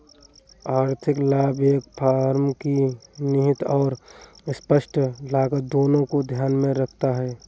आर्थिक लाभ एक फर्म की निहित और स्पष्ट लागत दोनों को ध्यान में रखता है